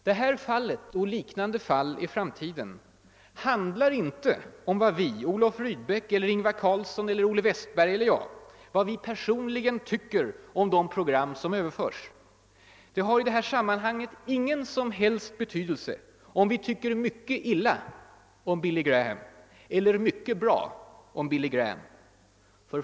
Detta fall och liknande fall i framtiden gäller inte vad vi — Olof Rydbeck eller Ingvar Carlsson eller Olle Westberg eller jag — personligen tycker om de program som överförs. Det har i detta sammanhang ingen som helst betydelse om vi tycker mycket illa om Billy Gra ham eller mycket bra om Billy Graham.